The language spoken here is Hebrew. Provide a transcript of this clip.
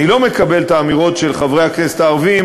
אני לא מקבל את האמירות של חברי הכנסת הערבים